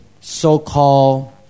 so-called